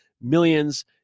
millions